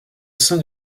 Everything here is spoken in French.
saint